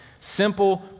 simple